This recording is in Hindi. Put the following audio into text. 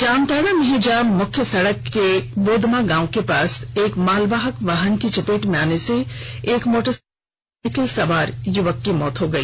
जामताड़ा मिहिजाम मुख्य सड़क के वोदमा गांव के पास एक मालवाहक वाहन की चपेट में आने से एक मोटरसाइकिल सवार युवक की मौत हो गई